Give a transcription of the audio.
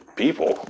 people